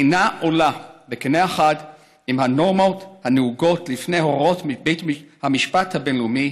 אינה עולה בקנה אחד עם הנורמות הנהוגות לפי הוראות בית המשפט הבין-לאומי